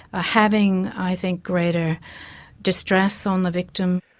ah having, i think, greater distress on the victim.